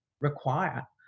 require